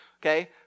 okay